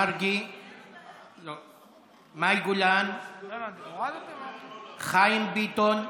מרגי לא, מאי גולן, חיים ביטון,